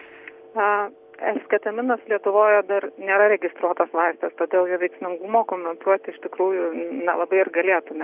a es ketaminas lietuvoje dar nėra registruotas vaistas todėl ir veiksmingumo komentuoti iš tikrųjų nelabai ir galėtumėme